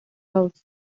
house